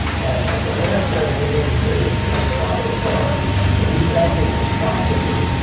and the last thing we need to do is to make fun of the fact that he is acting responsibly,